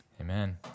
Amen